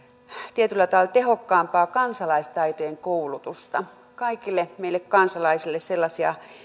tietyllä tavalla tehokkaampaa kansalaistaitojen koulutusta kaikille meille kansalaisille sellaisia